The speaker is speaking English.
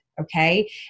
okay